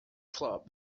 club